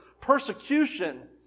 persecution